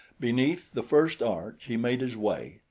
beneath the first arch he made his way,